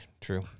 true